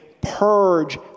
purge